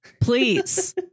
please